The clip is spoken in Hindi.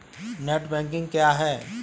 नेट बैंकिंग क्या है?